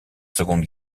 seconde